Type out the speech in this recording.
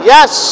Yes